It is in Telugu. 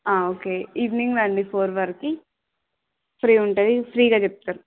ఆ ఓకే ఈవినింగ్ రండి ఫోర్ వరకు ఫ్రీ ఉంటుంది ఫ్రీగా చెప్తారు